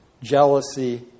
jealousy